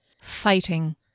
Fighting